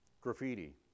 graffiti